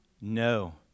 No